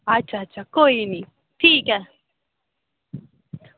अच्छा अच्छा कोई निं ठीक ऐ